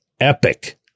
epic